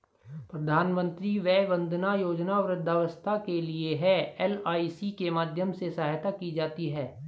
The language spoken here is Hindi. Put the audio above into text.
प्रधानमंत्री वय वंदना योजना वृद्धावस्था के लिए है, एल.आई.सी के माध्यम से सहायता की जाती है